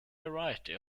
variety